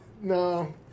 No